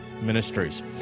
Ministries